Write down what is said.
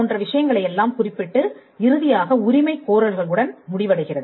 போன்ற விஷயங்களை எல்லாம் குறிப்பிட்டு இறுதியாக உரிமை கோரல்களுடன் முடிவடைகிறது